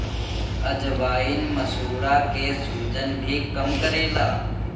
अजवाईन मसूड़ा के सुजन भी कम करेला